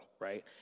right